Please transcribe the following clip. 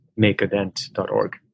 makeadent.org